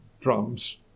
drums